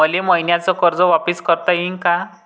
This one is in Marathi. मले मईन्याचं कर्ज वापिस करता येईन का?